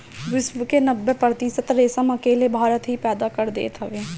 विश्व के नब्बे प्रतिशत रेशम अकेले भारत ही पैदा कर देत हवे